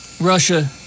Russia